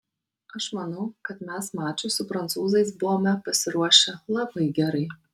aš manau kad mes mačui su prancūzais buvome pasiruošę labai gerai